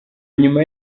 nyuma